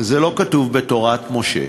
זה לא כתוב בתורת משה.